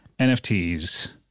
NFTs